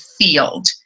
field